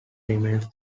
remains